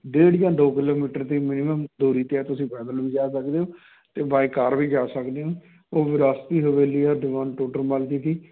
ਡੇਢ ਜਾਂ ਦੋ ਕਿਲੋਮੀਟਰ 'ਤੇ ਮਿਨੀਮਮ ਦੂਰੀ 'ਤੇ ਆ ਤੁਸੀਂ ਪੈਦਲ ਵੀ ਜਾ ਸਕਦੇ ਹੋ ਅਤੇ ਬਾਈ ਕਾਰ ਵੀ ਜਾ ਸਕਦੇ ਹੋ ਉਹ ਵਿਰਾਸਤੀ ਹਵੇਲੀ ਆ ਦੀਵਾਨ ਟੋਡਰ ਮਲ ਜੀ ਦੀ